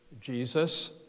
Jesus